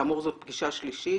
כאמור זאת פגישה שלישית